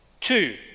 Two